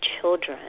children